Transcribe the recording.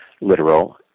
literal